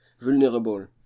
vulnerable